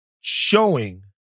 showing